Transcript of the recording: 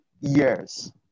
years